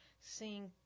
seeing